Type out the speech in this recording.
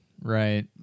right